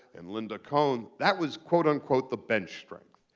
and linda cohn. that was quote unquote the bench strength.